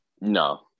No